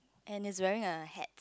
and he's wearing a hat